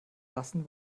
lassen